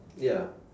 ya